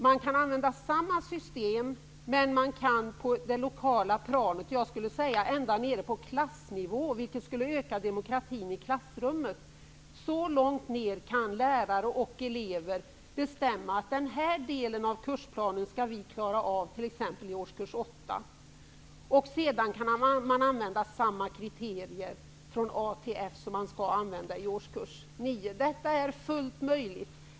Man kan använda samma system. Ända nere på klassnivå kan lärare och elever bestämma vilken del av kursplanen man skall klara av i t.ex. årskurs 8, vilket skulle öka demokratin i klassrummet. Sedan kan man använda samma kriterier, från A till F, som man skall använda i årskurs 9. Detta är fullt möjligt.